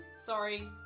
sorry